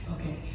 Okay